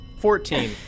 Fourteen